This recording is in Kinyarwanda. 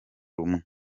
rumwe